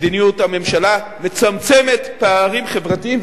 מדיניות הממשלה מצמצמת פערים חברתיים,